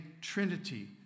trinity